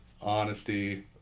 honesty